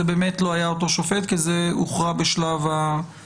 זה באמת לא היה אותו שופט כי זה הוכרע בשלב המקדמי,